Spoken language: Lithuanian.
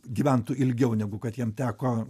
gyventų ilgiau negu kad jam teko